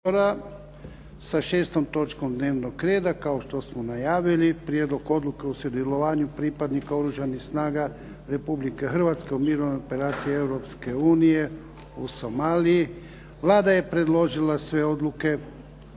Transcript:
sa 6. točkom dnevnog reda kao što smo najavili. - Prijedlog odluke o sudjelovanju pripadnika Oružanih snaga Republike Hrvatske u Mirovnoj operaciji Europske unije "EU NAVFOR SOMALIA – ATALANTA" Vlada je predložila sve odluke,